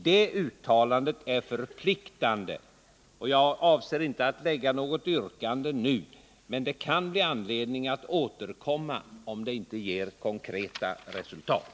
Det uttalandet är förpliktande, och jag avser inte att lägga fram något yrkande nu, men det kan finnas anledning att återkomma om det inte blir konkreta resultat.